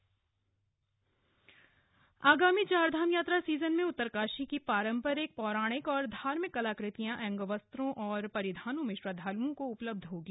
अब संक्षिप्त समाचार आगामी चारधाम यात्रा सीजन में उत्तरकाशी की पारम्परिक पौराणिकऔर धार्मिक कलाकृतियां अंग वस्त्रों औप परिधानों में श्रद्वालुओं को उपलब्ध होगी